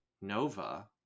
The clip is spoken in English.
Nova